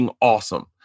awesome